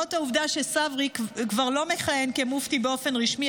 למרות העובדה שצברי כבר לא מכהן כמופתי באופן רשמי,